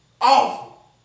Awful